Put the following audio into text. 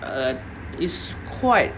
uh it's quite